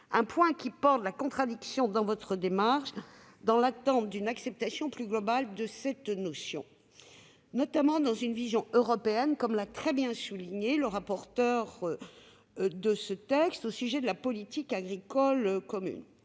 Ce point révèle la contradiction dans votre démarche, dans l'attente d'une acceptation plus globale de cette notion, notamment à l'échelle européenne, comme l'a très bien souligné notre rapporteur en ce qui concerne la politique agricole commune.